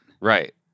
Right